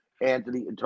Anthony